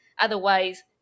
Otherwise